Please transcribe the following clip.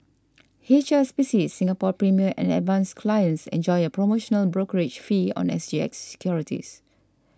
H S B C Singapore Premier and Advance clients enjoy a promotional brokerage fee on S G X securities